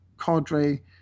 cadre